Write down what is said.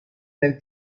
nel